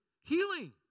Healing